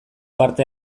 parte